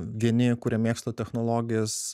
vieni kurie mėgsta technologijas